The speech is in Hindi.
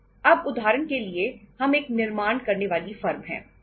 अब उदाहरण के लिए हम एक निर्माण करने वाली फर्म है